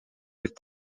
with